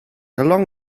along